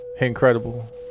Incredible